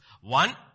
One